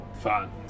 Fine